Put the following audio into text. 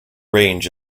range